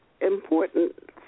important